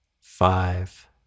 five